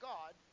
God